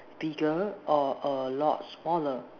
bigger or a lot smaller